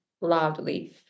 loudly